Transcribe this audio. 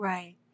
Right